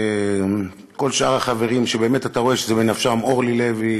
כל שאר החברים שבאמת אתה רואה שזה בנפשם: אורלי לוי,